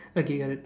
okay got it